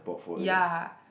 ya